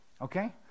okay